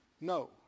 No